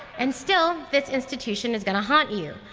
and still this institution is going to haunt you.